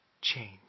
change